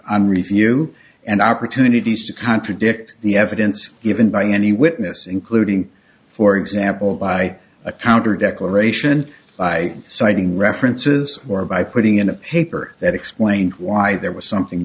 on review and opportunities to contradict the evidence given by any witness including for example by a counter declaration by citing references or by putting in a paper that explained why there was something